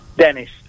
Dennis